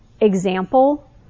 example